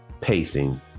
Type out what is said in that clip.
pacing